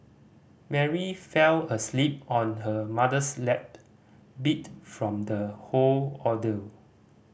Mary fell asleep on her mother's lap beat from the whole ordeal